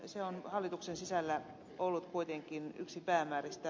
se on hallituksen sisällä ollut kuitenkin yksi päämääristä